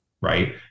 right